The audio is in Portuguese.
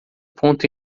ponto